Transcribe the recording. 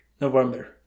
November